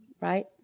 Right